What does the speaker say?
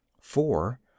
four